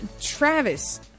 Travis